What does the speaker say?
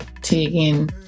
taking